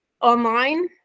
online